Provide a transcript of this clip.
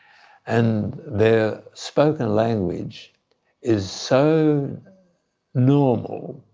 and their spoken language is so normal,